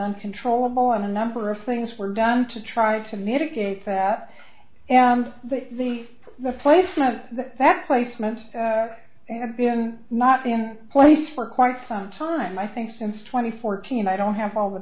uncontrollable and a number of things were done to try to mitigate that and the placement of that placement they have been not in place for quite some time i think since twenty fourteen i don't have all